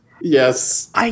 Yes